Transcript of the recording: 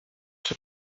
czy